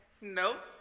nope